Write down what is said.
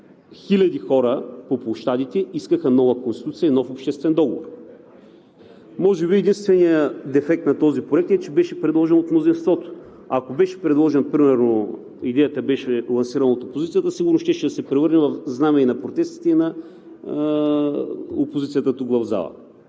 хиляди хора по площадите искаха нова Конституция и нов обществен договор. Може би единственият дефект на този проект е, че беше предложен от мнозинството. Ако беше предложен и идеята беше лансирана от опозицията, сигурно щеше да се превърне в знаме и на протестите, и на опозицията тук в залата.